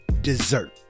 Dessert